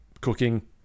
cooking